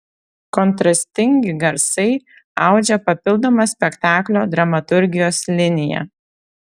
kontrastingi garsai audžia papildomą spektaklio dramaturgijos liniją